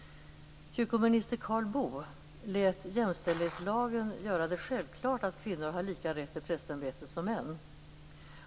Kyrkominister Karl Boo lät jämställdhetslagen göra det självklart att kvinnor har lika rätt till prästämbetet som män.